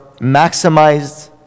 maximized